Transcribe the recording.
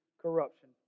corruption